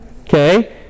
Okay